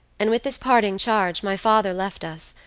and with this parting charge my father left us,